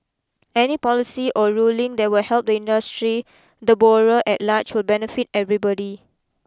any policy or ruling that will help the industry the borrower at large will benefit everybody